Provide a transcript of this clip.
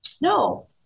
no